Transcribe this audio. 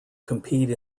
compete